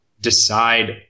decide